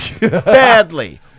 badly